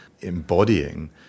embodying